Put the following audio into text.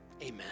Amen